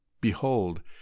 behold